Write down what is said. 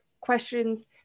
questions